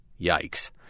Yikes